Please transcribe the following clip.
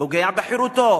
פוגע בחירותו.